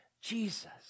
Jesus